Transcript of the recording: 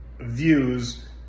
views